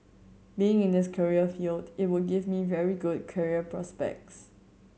being in this career field it would give me very good career prospects